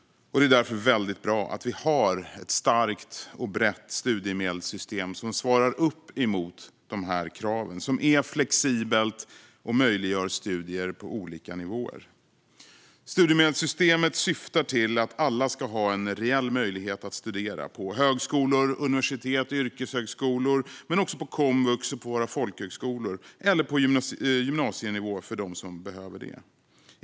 Det är därför väldigt bra att vi har ett starkt och brett studiemedelssystem som svarar upp mot dessa krav, som är flexibelt och som möjliggör studier på olika nivåer. Studiemedelssystemet syftar till att alla ska ha en reell möjlighet att studera - på högskolor, universitet eller yrkeshögskolor, på komvux, på våra folkhögskolor eller på gymnasienivå, för dem som behöver det.